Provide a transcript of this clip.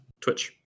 Twitch